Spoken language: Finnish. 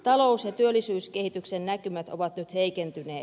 talous ja työllisyyskehityksen näkymät ovat nyt heikentyneet